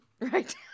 right